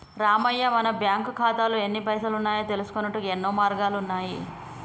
రామయ్య మన బ్యాంకు ఖాతాల్లో ఎన్ని పైసలు ఉన్నాయో తెలుసుకొనుటకు యెన్నో మార్గాలు ఉన్నాయి